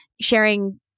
sharing